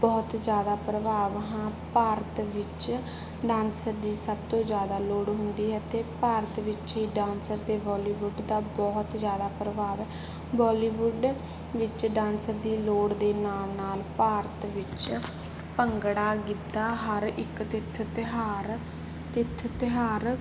ਬਹੁਤ ਜ਼ਿਆਦਾ ਪ੍ਰਭਾਵ ਹਾਂ ਭਾਰਤ ਵਿੱਚ ਡਾਂਸਰ ਦੀ ਸਭ ਤੋਂ ਜ਼ਿਆਦਾ ਲੋੜ ਹੁੰਦੀ ਹੈ ਅਤੇ ਭਾਰਤ ਵਿੱਚ ਹੀ ਡਾਂਸਰ ਅਤੇ ਬੋਲੀਵੁੱਡ ਦਾ ਬਹੁਤ ਜ਼ਿਆਦਾ ਪ੍ਰਭਾਵ ਬੋਲੀਵੁੱਡ ਵਿੱਚ ਡਾਂਸਰ ਦੀ ਲੋੜ ਦੇ ਨਾਮ ਨਾਲ ਭਾਰਤ ਵਿੱਚ ਭੰਗੜਾ ਗਿੱਧਾ ਹਰ ਇੱਕ ਤਿਥ ਤਿਉਹਾਰ ਤਿਥ ਤਿਉਹਾਰ